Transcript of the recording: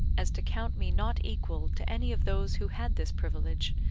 as to count me not equal to any of those who had this privilege,